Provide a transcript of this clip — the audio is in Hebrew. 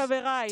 חבריי,